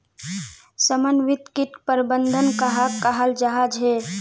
समन्वित किट प्रबंधन कहाक कहाल जाहा झे?